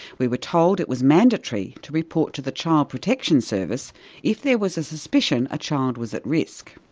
we were told it was mandatory to report to the child protection service if there was a suspicion a child was at risk.